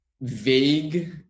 vague